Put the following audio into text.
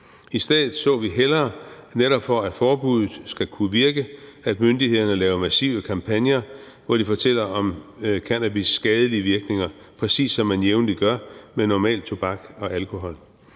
I stedet så vi hellere, netop for at forbuddet skal kunne virke, at myndighederne laver massive kampagner, hvor de fortæller om cannabis' skadelige virkninger, præcis som man jævnligt gør med normal tobak og alkohol.